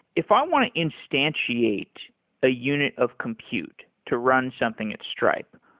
if i want to instantiate a unit of compute to run something at stripe,